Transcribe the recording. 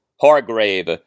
Hargrave